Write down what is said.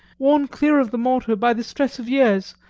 worn clear of the mortar by the stress of years,